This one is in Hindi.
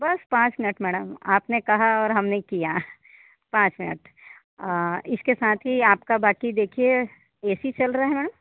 बस पाँच मिनिट मैडम आपने कहाँ और हमने किया पाँच मिनिट इसके साथ ही आपका बाकी देखिए ऐ सी चल रहा है मैम